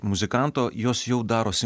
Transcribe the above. muzikanto jos jau darosi